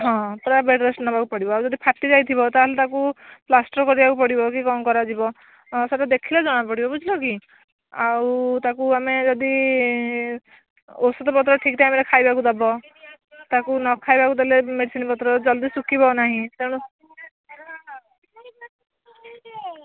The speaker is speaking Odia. ହଁ ପୁରା ବେଡ଼୍ ରେଷ୍ଟ ନେବାକୁ ପଡ଼ିବ ଆଉ ଯଦି ଫାଟି ଯାଇଥିବ ତା'ହେଲେ ତାକୁ ପ୍ଲାଷ୍ଟର୍ କରିବାକୁ ପଡ଼ିବ କି କ'ଣ କରିବ ସେଟା ଦେଖିଲେ ଜଣାପଡ଼ିବ ବୁଝିଲ କି ଆଉ ତାକୁ ଆମେ ଯଦି ଔଷଧପତ୍ର ଠିକ୍ ଟାଇମ୍ରେ ଖାଇବାକୁ ଦେବ ତାକୁ ନ ଖାଇବାକୁ ଦେଲେ ବି ମେଡ଼ିସିନ ପତ୍ର ଜଲଦି ଶୁଖିବ ନାହିଁ ତେଣୁ